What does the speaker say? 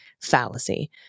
fallacy